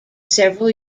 several